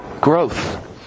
growth